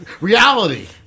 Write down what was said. Reality